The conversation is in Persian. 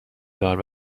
دار